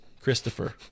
Christopher